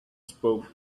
spoke